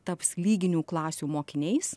taps lyginių klasių mokiniais